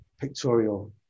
pictorial